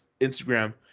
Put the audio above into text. Instagram